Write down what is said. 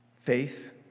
Faith